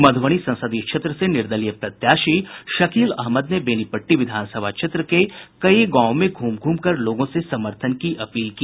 मधुबनी संसदीय क्षेत्र से निर्दलीय प्रत्याशी शकील अहमद ने बेनीपट्टी विधानसभा क्षेत्र के कई गांवों में घूम घूम लोगों से समर्थन से अपील की